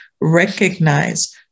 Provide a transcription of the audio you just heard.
recognize